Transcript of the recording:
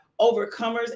overcomers